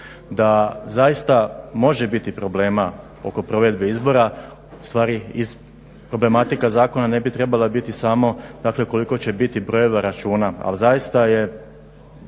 Da zaista može biti problema oko provedbe izbora stvar je i problematika zakona ne bi trebala biti samo ukoliko će biti brojeva računa, ali zaista je